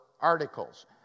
articles